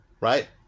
right